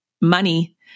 money